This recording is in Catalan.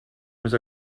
més